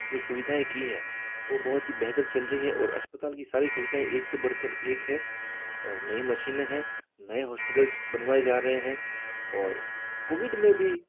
जो सुविधाएं की हैं वो बहुत ही बेहतर चल रही हैं और अस्पताल की सारी सुविधाएं एक से बढ़ कर एक हैं और नई मशीने हैं नए हॉस्पिटल्स बनवाए जा रहे हैं और कोविड में भी